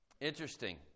Interesting